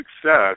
success